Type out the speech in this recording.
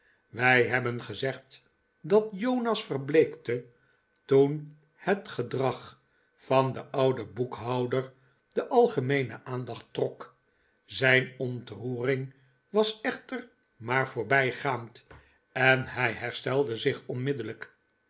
wij hebben gezegd dat jonas verbleekte toen het gedrag van den ouden boekhouder de algemeene aandacht trok zijn ontroering was echter maar voorbijgaand en hij herstelde zich onmiddellijk